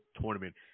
tournament